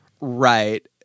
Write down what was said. Right